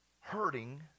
hurting